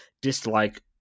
dislike